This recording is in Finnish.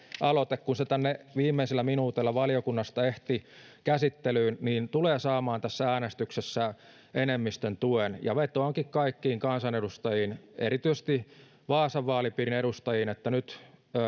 aloite kun se tänne viimeisillä minuuteilla valiokunnasta ehti käsittelyyn tulee saamaan tässä äänestyksessä enemmistön tuen vetoankin kaikkiin kansanedustajiin erityisesti vaasan vaalipiirin edustajiin että nyt